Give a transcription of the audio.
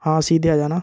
हाँ सीधे आ जाना